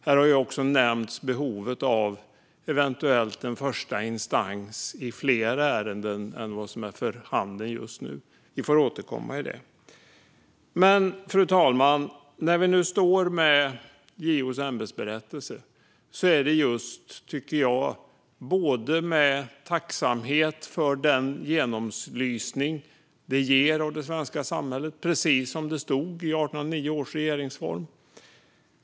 Här har också nämnts behovet av eventuellt en första instans i fler ärenden än vad som är för handen just nu. Vi får återkomma till det. Fru talman! När vi nu står med JO:s ämbetsberättelse är det med tacksamhet för den genomlysning det ger av det svenska samhället. Det är precis som det stod i 1809 års regeringsform.